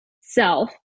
self